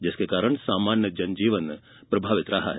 जिसके कारण सामान्य जनजीवन प्रभावित रहा है